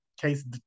case